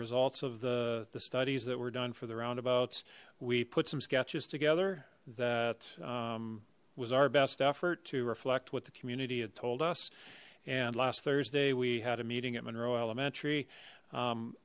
results of the the studies that were done for the roundabouts we put some sketches together that was our best effort to reflect what the community had told us and last thursday we had a meeting at monroe elementary